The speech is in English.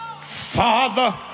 Father